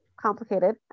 complicated